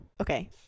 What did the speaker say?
Okay